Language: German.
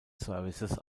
services